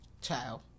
child